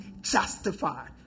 justified